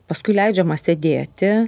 paskui leidžiama sėdėti